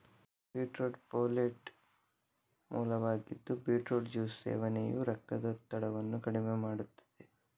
beetroot folate ಮೂಲವಾಗಿದ್ದು beetroot juice ಸೇವನೆಯು ರಕ್ತದೊತ್ತಡವನ್ನು ಕಡಿಮೆ ಮಾಡುತ್ತದೆ